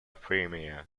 premier